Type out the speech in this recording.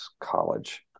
college